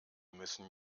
müssen